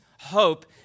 hope